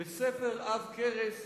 בספר עב כרס